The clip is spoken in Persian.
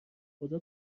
خدا